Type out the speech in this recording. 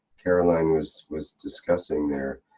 caroline was, was discussing there.